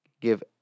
give